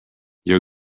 your